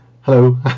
Hello